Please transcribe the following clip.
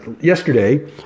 yesterday